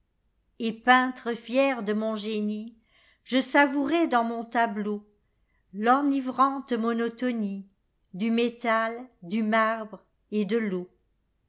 et peintre fier de mon génie je savourais dans mon tableaul enivrante monotoniedu métal du marbre et de